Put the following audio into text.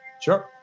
Sure